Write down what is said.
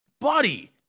buddy